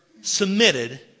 submitted